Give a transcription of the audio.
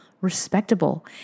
respectable